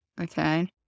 Okay